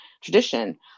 tradition